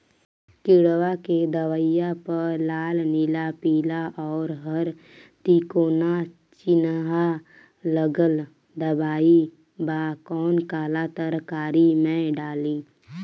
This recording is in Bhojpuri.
किड़वा के दवाईया प लाल नीला पीला और हर तिकोना चिनहा लगल दवाई बा कौन काला तरकारी मैं डाली?